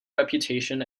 reputation